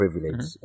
privilege